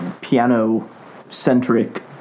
piano-centric